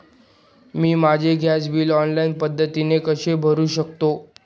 मी माझे gas bill online पद्धतीने कसे भरु शकते?